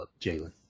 Jalen